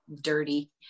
dirty